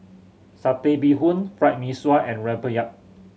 Satay Bee Hoon Fried Mee Sua and rempeyek